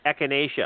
Echinacea